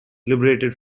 liberated